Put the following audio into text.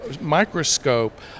microscope